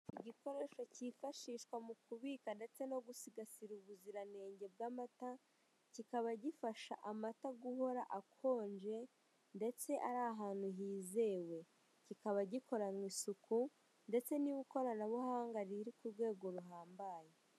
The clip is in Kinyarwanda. Igikoresho kifashishwa mu kubika ndetse no gusigasira ubuziranenge bw'amata kikaba gifasha amata guhora akonje, ndetse ari ahantu hizewe. Kibaka gikoranwe isuku ndetse n'ikoranabuhanga riri ku rwego ruhambaye.